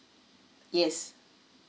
yes